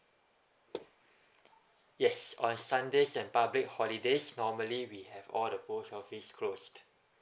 yes on sundays and public holidays normally we have all the post office closed